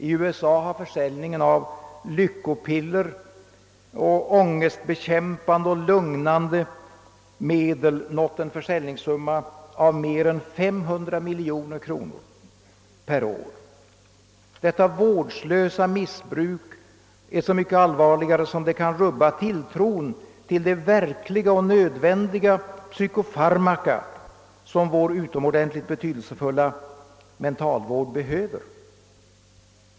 I USA har försäljningen av s.k. lyckopiller och ångestbekämpande och lugnande medel nått en försäljningssumma av mer än 500 miljoner kronor per år. Detta vårdslösa missbruk är så mycket allvarligare som det kan rubba tilltron till de egentliga psykofarmaka som vår utomordentligt betydelsefulla mentalvård behöver.